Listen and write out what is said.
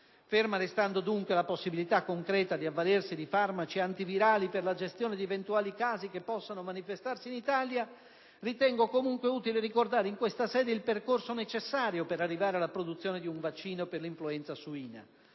Ferma restando dunque la possibilità concreta di avvalersi di farmaci antivirali per la gestione di eventuali casi che possano manifestarsi in Italia, ritengo comunque utile ricordare in questa sede il percorso necessario per arrivare alla produzione di un vaccino per l'influenza suina.